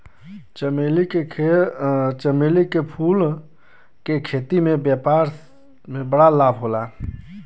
चमेली के फूल के खेती से व्यापार में बड़ा लाभ होला